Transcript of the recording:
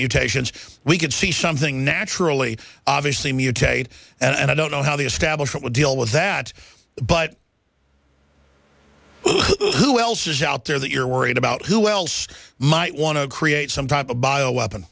mutations we could see something naturally obviously mutate and i don't know how the establishment would deal with that but who else is out there that you're worried about who else might want to create some type of bio weapon